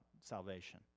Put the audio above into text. salvation